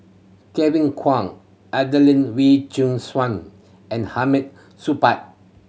Kevin Kwan Adelene Wee Chin Suan and Hamid Supaat